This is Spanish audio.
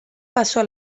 pasó